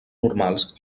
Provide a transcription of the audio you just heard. normals